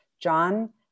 John